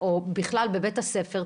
או בכלל בבית הספר,